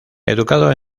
educado